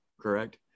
correct